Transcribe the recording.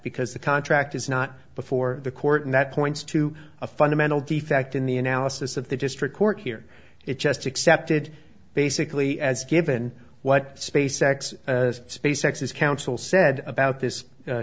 because the contract is not before the court and that points to a fundamental defect in the analysis of the district court here it just accepted basically as given what space x space x s council said about this